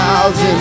Thousand